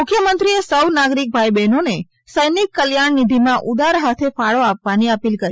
મુખ્યમંત્રી એ સૌ નાગરીક ભાઈ બહેનોને સૌનિક કલ્યાણ નિઘિમાં ઉદાર હાથે ફાળો આપવાની અપીલ કરી